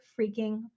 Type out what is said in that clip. freaking